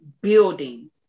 building